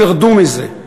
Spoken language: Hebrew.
תרדו מזה.